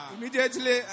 Immediately